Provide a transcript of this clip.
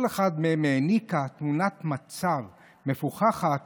כל אחד מהם העניק תמונת מצב מפוכחת